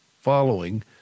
following